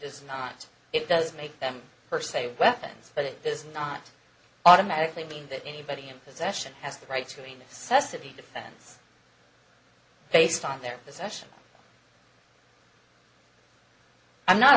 does not it does make them per se weapons but it does not automatically mean that anybody in possession has the right to a necessity defense based on their possession i'm not